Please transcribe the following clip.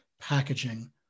packaging